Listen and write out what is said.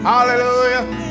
Hallelujah